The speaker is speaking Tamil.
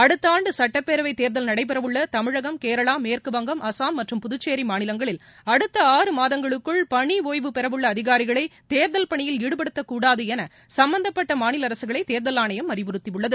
அடுத்த ஆண்டு சட்டப்பேரவைத் தேர்தல் நடைபெற உள்ள தமிழகம் கேரளா மேற்கு வங்கம் அஸ்ஸாம் மற்றும் புதுச்சேரி மாநிலங்களில் அடுத்த ஆறு மாதங்களுக்குள் பணி ஓய்வு பெற உள்ள அதிகாரிகளை தேர்தல் பணியில் ஈடுபடுத்தக் கூடாது என சம்பந்தப்பட்ட மாநில அரசுகளை தேர்தல் ஆணையம் அறிவுறுத்தியுள்ளது